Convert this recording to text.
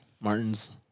Martin's